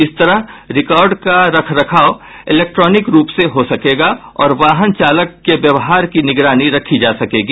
इस तरह रिकार्ड का रखरखाव इलेक्ट्रानिक रूप से हो सकेगा और वाहन चालक के व्यवहार की निगरानी रखी जा सकेगी